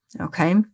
okay